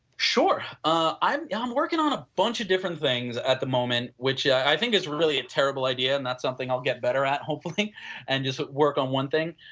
sure. i am um working on a bunch of different things at the moment which i think it's really terribly idea and that something i will get better at hopefully and just work on one thing.